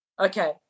okay